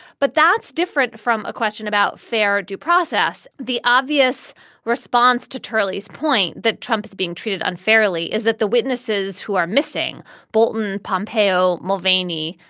but that's different from a question about fair due process. the obvious response to turley's point that trump is being treated unfairly is that the witnesses who are missing bolton, pompeo, mulvany,